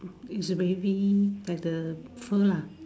it's a baby at the fur lah